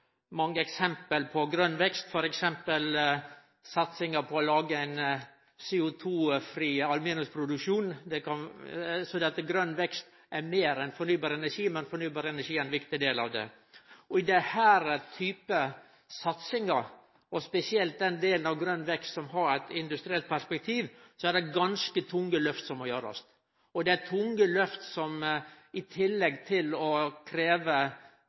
mange eksempel på grøn vekst, f.eks. satsinga på å lage ein CO2-fri aluminiumsproduksjon. Så grøn vekst er meir enn fornybar energi, men fornybar energi er ein viktig del av det. I denne typen satsing, og spesielt den delen av grøn vekst som har eit industrielt perspektiv, er det ganske tunge lyft som må gjerast. I tillegg til å krevje topp forsking og topp kompetanse på det teoretiske og akademiske nivået vil det veldig ofte også krevje